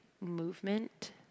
movement